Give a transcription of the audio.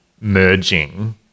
merging